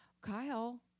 Kyle